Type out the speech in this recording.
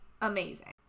amazing